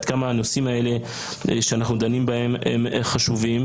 כמה הנושאים האלה שאנחנו דנים בהם הם חשובים.